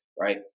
right